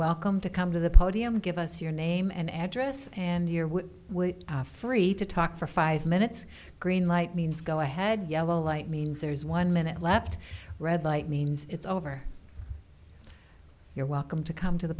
welcome to come to the podium give us your name and address and your will which are free to talk for five minutes green light means go ahead yellow light means there's one minute left red light means it's over you're welcome to come to the